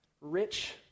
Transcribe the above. Rich